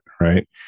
Right